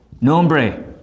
Nombre